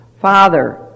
Father